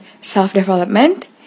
self-development